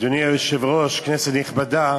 אדוני היושב-ראש, כנסת נכבדה,